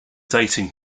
dating